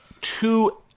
Two